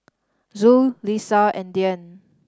Zul Lisa and Dian